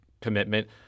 commitment